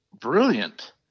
Brilliant